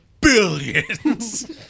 billions